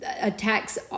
attacks